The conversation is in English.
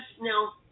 no